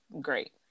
great